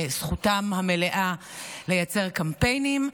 זכותם המלאה לייצר קמפיינים.